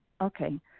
Okay